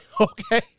okay